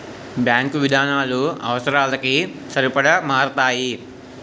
bank విధానాలు అవసరాలకి సరిపడా మారతాయి